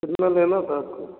regional लेना था आपको